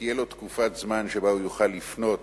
תהיה לו תקופת זמן שבה הוא יוכל לפנות